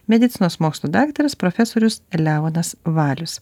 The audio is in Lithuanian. medicinos mokslų daktaras profesorius leonas valius